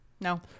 No